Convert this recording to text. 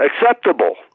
acceptable